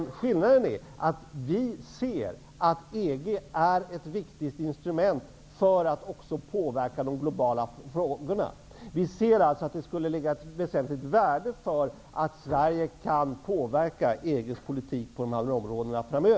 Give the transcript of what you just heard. Men skillnaden är att vi ser att EG är ett viktigt instrument för att påverka också de globala frågorna. Vi ser ett väsentligt värde i att Sverige framöver kan påverka EG:s politik på de här områdena.